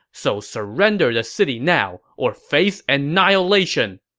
so surrender the city now or face annihilation!